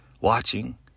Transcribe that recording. watching